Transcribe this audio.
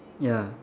ya